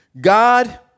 God